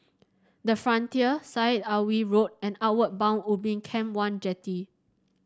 the Frontier Syed Alwi Road and Outward Bound Ubin Camp one Jetty